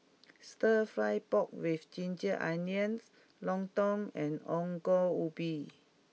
Stir Fry Pork with Ginger Onions Lontong and Ongol Ubi